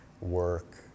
work